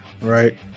Right